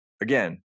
again